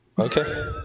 Okay